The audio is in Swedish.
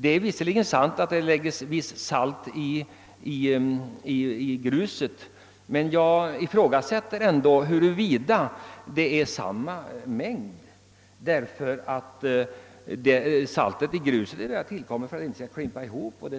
Det är visserligen sant att det läggs salt i gruset, men jag ifrågasätter ändå huruvida det är samma mängd; detta salt tillsätts ju för att gruset inte skall klimpa ihop och